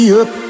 up